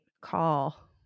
call